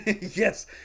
Yes